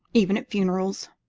even at funerals,